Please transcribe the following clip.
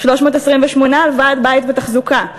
328 על ועד-בית ותחזוקה.